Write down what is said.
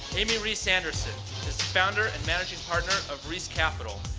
amy rees anderson she's the founder and managing partner of reescapital,